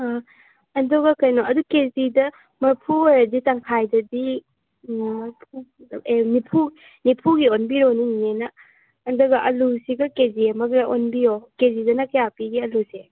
ꯑꯥ ꯑꯗꯨꯒ ꯀꯩꯅꯣ ꯑꯗꯨ ꯀꯦꯖꯤꯗ ꯃꯔꯐꯨ ꯑꯣꯏꯔꯗꯤ ꯇꯪꯈꯥꯏꯗꯗꯤ ꯃꯔꯐꯨ ꯅꯤꯐꯨ ꯅꯤꯐꯨꯒꯤ ꯑꯣꯟꯕꯣꯔꯣꯅꯦ ꯅꯦꯅꯦꯅ ꯑꯗꯨꯒ ꯑꯂꯨꯁꯤꯒ ꯀꯦꯖꯤ ꯑꯃꯒ ꯑꯣꯟꯕꯤꯔꯌꯣ ꯀꯦꯖꯤꯗꯅ ꯀꯌꯥ ꯄꯤꯒꯦ ꯑꯂꯨꯁꯦ